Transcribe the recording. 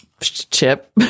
chip